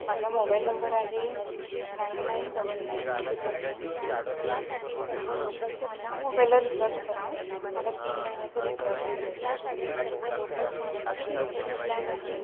माझा mobile number आहे nine nine double nine triple nine two हां तर ह्या मोबाईला रिचार्ज करा मला तीन महिन्याचा रिचार्ज करायचा आहे हो किती रुपयाचा प्लॅन आहे